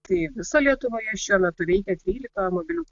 tai visa lietuva šiuo metu veikia dvylika mobilių